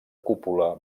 cúpula